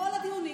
בכל הדיונים.